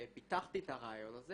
פיתחתי את הרעיון הזה